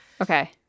Okay